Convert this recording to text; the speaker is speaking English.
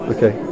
Okay